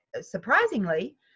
surprisingly